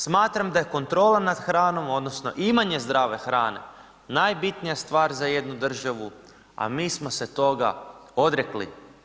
Smatram da je kontrola nad hranom, odnosno imanje zdrave hrane, najbitnija stvar za jednu državu, a mi smo se toga odrekli.